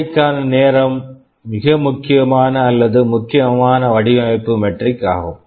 சந்தைக்கான நேரம் மிக முக்கியமான அல்லது முக்கியமான வடிவமைப்பு மெட்ரிக் ஆகும்